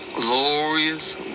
glorious